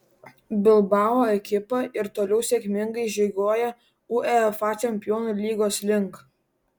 bilbao ekipa ir toliau sėkmingai žygiuoja uefa čempionų lygos link